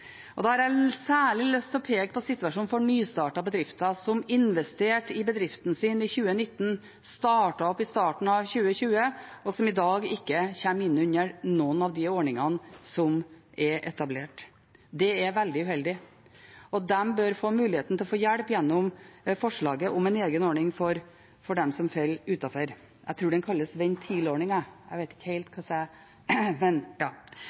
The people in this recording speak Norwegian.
Da har jeg særlig lyst til å peke på situasjonen for nystartede bedrifter som investerte i bedriften sin i 2019, startet opp i starten av 2020, og som i dag ikke kommer inn under noen av de ordningene som er etablert. Det er veldig uheldig, og de bør få muligheten til å få hjelp gjennom forslaget om en egen ordning for dem som faller utenfor. Jeg tror den kalles for «ventilordningen» – jeg vet ikke helt.